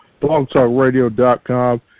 BlogtalkRadio.com